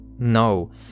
No